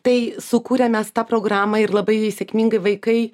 tai sukūrėm mes tą programą ir labai sėkmingai vaikai